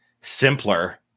simpler